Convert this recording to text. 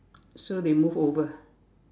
so they move over